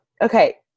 okay